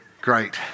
great